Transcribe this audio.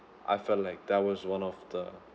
I felt like that was one of the